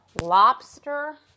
lobster